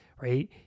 right